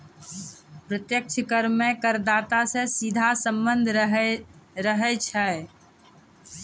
प्रत्यक्ष कर मे करदाता सं सीधा सम्बन्ध रहै छै